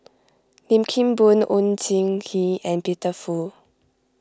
Lim Kim Boon Oon Jin Gee and Peter Fu